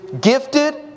gifted